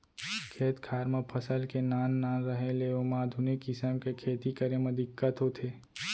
खेत खार म फसल के नान नान रहें ले ओमा आधुनिक किसम के खेती करे म दिक्कत होथे